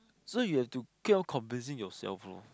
so you have to keep on convincing yourself loh